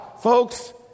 Folks